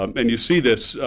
um and you see this,